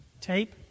tape